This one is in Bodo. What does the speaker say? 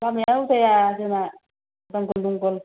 लामाया उदाया जोंना जांगल जुंगल